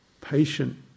patient